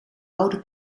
rode